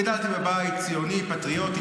גדלתי בבית ציוני, פטריוטי.